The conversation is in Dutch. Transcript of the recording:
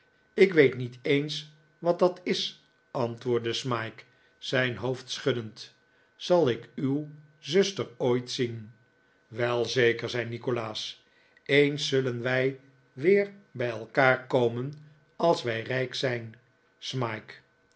ik weet niet eens wat dat is antwoordde smike zijn hoofd schuddend zal ik uw zuster ooit zien wel zeker zei nikolaas eens zullen wij weer bij elkaar komen als wij rijk zijn smike